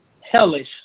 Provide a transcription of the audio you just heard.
hellish